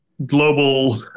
global